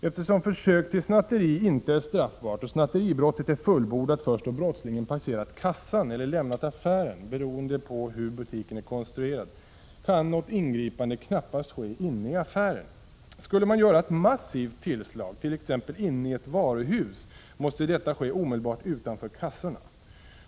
Eftersom försök till snatteri inte är straffbart och snatteribrottet är fullbordat först då brottslingen passerat kassan eller lämnat affären — beroende på hur butiken är konstruerad — kan något ingripande knappast ske inne i affären. Skulle man göra ett massivt tillslag t.ex. inne i ett varuhus måste detta ske omedelbart utanför kassorna.